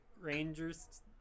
Rangers